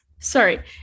Sorry